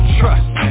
trust